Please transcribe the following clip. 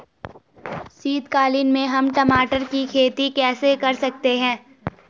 शीतकालीन में हम टमाटर की खेती कैसे कर सकते हैं?